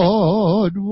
Lord